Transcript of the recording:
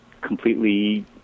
completely